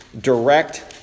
direct